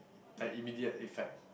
like immediate effect